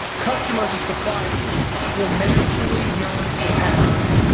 customers, and suppliers will naturally yearn for the past.